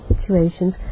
situations